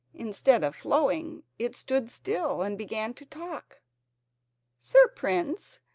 instead of flowing, it stood still and began to talk sir prince,